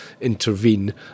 intervene